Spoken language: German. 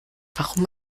warum